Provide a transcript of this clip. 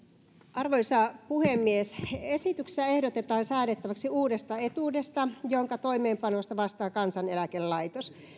arvoisa puhemies esityksessä ehdotetaan säädettäväksi uudesta etuudesta jonka toimeenpanosta vastaa kansaneläkelaitos